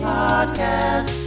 podcast